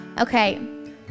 Okay